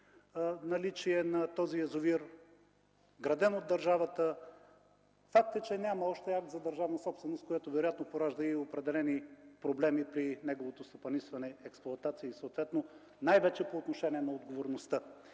наличие на този язовир, граден от държавата – факт е, че няма още акт за държавна собственост, което вероятно поражда определени проблеми при неговото стопанисване, експлоатация и най-вече по отношение на отговорността.